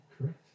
correct